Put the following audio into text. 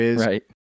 Right